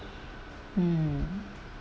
mm